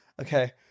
Okay